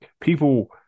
people